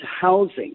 housing